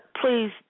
please